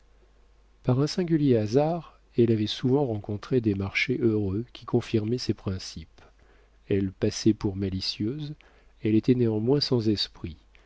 par un singulier hasard elle avait souvent rencontré des marchés heureux qui confirmaient ses principes elle passait pour malicieuse elle était néanmoins sans esprit